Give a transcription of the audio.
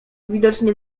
widocznie